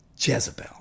Jezebel